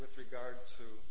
with regard to